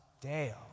Dale